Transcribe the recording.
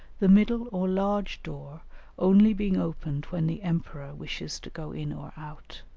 the middle or large door only being opened when the emperor wishes to go in or out